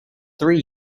three